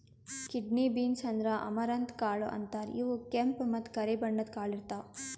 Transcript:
kidney beans ಅಂದ್ರ amaranth ಕಾಳ್ ಅಂತಾರ್ ಇವ್ ಕೆಂಪ್ ಮತ್ತ್ ಕರಿ ಬಣ್ಣದ್ ಕಾಳ್ ಇರ್ತವ್